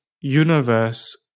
universe